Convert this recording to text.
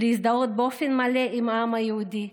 להזדהות באופן מלא עם העם היהודי,